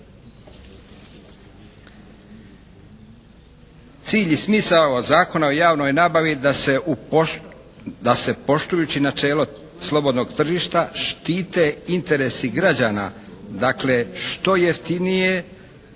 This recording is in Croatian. Cilj i smisao Zakona o javnoj nabavi da se poštujući načelo slobodnog tržišta štite interesi građana, dakle što jeftinije,